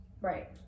Right